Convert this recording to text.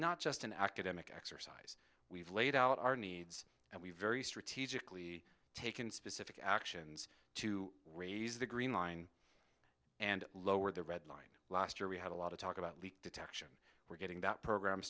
not just an academic exercise we've laid out our needs and we've very strategically taken specific actions to raise the green line and lower the red line last year we had a lot of talk about leak detection we're getting that program